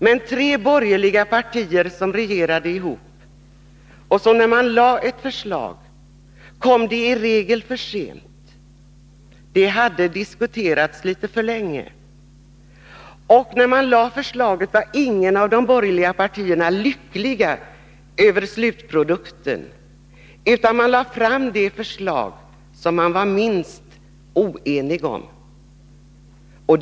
Men när de tre borgerliga regeringspartierna regerade ihop och lade fram ett förslag, kom det i regel för sent —det hade diskuterats för länge. Och när man lade ett förslag var inget av de borgerliga partierna lyckligt över slutprodukten, utan man lade fram det förslag som man var minst oenig om.